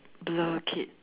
blur kid